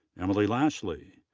emily lashley,